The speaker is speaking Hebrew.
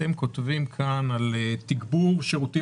אתם כותבים כאן שהם יוקצו לתגבור שירותים